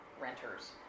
renters